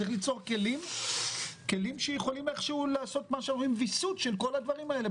צריך ליצור כלים שיכולים איך שהוא לעשות ויסות של כל הדברים האלה,